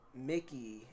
Mickey